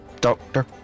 doctor